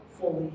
fully